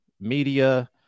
media